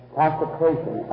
consecration